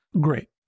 Great